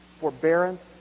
Forbearance